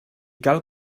cal